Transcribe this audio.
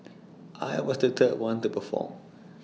I was the third one to perform